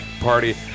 party